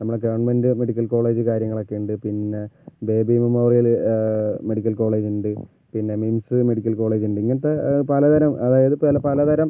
നമ്മളുടെ government medical college കാര്യങ്ങള് ഒക്കെ ഉണ്ട് പിന്നെ ബേബി മെമ്മോറിയൽ മെഡിക്കൽ കോളേജ് ഉണ്ട് പിന്നെ മിംമ്സ് മെഡിക്കൽ കോളേജ് ഉണ്ട് ഇങ്ങനത്തെ പലതരം അതായത് ഇപ്പം പലതരം